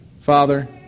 Father